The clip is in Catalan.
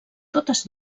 totes